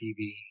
TV